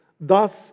thus